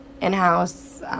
in-house